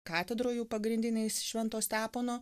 katedroj jų pagrindiniais švento stepono